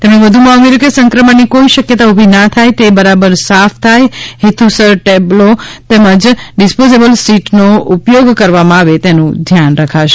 તેમણે વધુમાં ઉમેર્યું કે સંક્રમણની કોઈ શક્યતા ઊભીના થાય તે બરાબર સાફ થાય હેતુસર ટેબલો તેમજ ડિસ્પોઝેબલ સીટનો ઉપયોગ કરવામાં આવે તેનું ધ્યાન રખાશે